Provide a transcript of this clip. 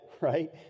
right